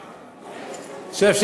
שב,